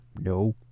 No